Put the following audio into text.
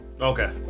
Okay